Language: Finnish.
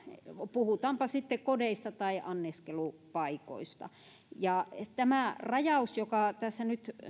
puhutaanpa sitten kodeista tai anniskelupaikoista tämä rajaus joka tässä nyt